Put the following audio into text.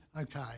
okay